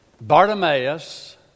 Bartimaeus